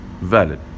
valid